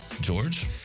George